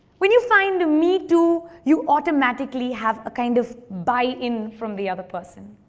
when you find a me too, you automatically have a kind of buy-in from the other person.